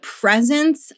presence